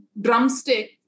drumstick